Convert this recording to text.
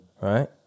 Right